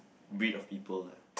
breed of people lah